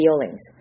feelings